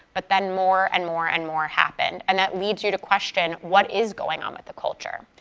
but then more and more and more happened. and that leads you to question what is going on with the culture.